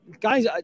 Guys